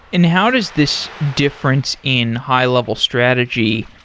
and how does this difference in high-level strategy,